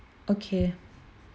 okay